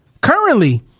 Currently